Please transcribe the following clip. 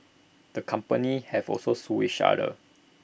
the companies have also sued each other